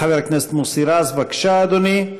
חבר הכנסת מוסי רז, בבקשה, אדוני.